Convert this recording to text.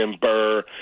Burr